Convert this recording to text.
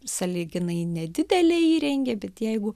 sąlyginai nedidelę įrengė bet jeigu